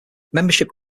membership